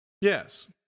Yes